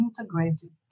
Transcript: integrated